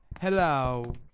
Hello